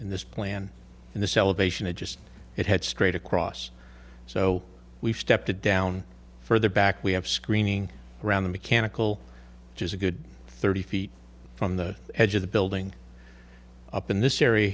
in this plan and this elevation it just it had straight across so we've stepped it down further back we have screening around the mechanical which is a good thirty feet from the edge of the building up in this area